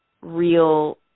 real